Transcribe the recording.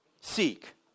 seek